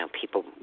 people